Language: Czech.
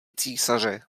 císaře